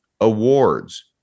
awards